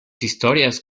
historias